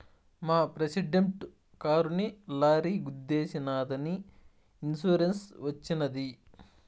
మా ప్రెసిడెంట్ కారుని లారీ గుద్దేశినాదని ఇన్సూరెన్స్ వచ్చినది